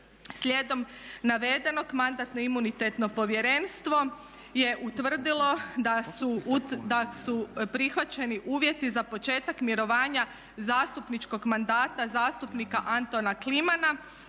Slijedom navedenog Mandatno-imunitetno povjerenstvo je utvrdilo da su prihvaćeni uvjeti za početak mirovanja zastupničkog mandata zastupnika Antona Klimana